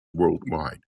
worldwide